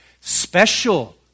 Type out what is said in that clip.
special